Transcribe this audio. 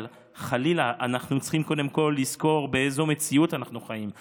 אבל אנחנו צריכים לזכור קודם כול באיזו מציאות אנחנו חיים.